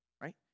right